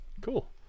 cool